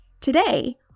Today